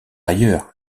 ailleurs